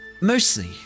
Mostly